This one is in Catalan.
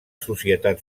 societat